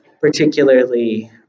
particularly